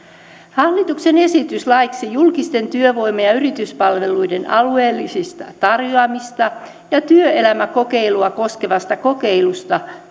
hallituksen esitys laiksi julkisten työvoima ja yrityspalveluiden alueellista tarjoamista ja työelämäkokeilua koskevasta kokeilusta